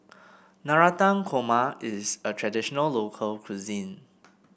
Navratan Korma is a traditional local cuisine